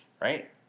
right